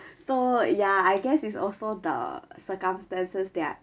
so ya I guess it's also the circumstances they are